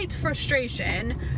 frustration